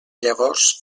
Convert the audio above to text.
llavors